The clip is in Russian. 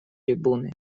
трибуны